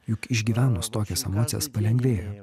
juk išgyvenus tokias emocijas palengvėja